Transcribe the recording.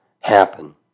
happen